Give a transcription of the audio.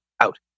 out